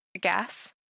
gas